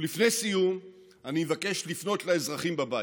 ולפני סיום אני אבקש לפנות לאזרחים בבית: